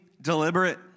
deliberate